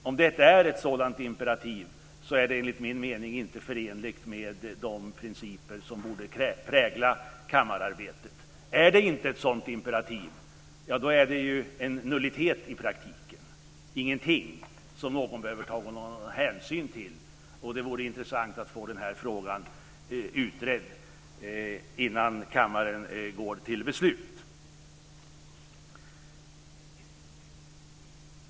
Om detta är ett sådant imperativ är det, enligt min mening, inte förenligt med de principer som borde prägla kammararbetet. Är det inte ett sådant imperativ, ja, då är det i praktiken fråga om en nullitet - om ingenting - som inte någon behöver ta hänsyn till. Det vore intressant att få den frågan utredd innan kammaren går till beslut.